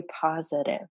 positive